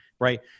right